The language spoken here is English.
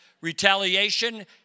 retaliation